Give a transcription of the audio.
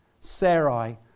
Sarai